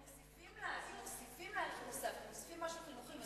אני חושבת שזה בסדר אם מוסיפים משהו חינוכי,